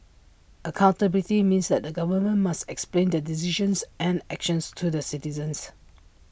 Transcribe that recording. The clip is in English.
accountability means that the government must explain their decisions and actions to the citizens